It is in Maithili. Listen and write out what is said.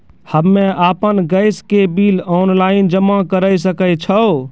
हम्मे आपन गैस के बिल ऑनलाइन जमा करै सकै छौ?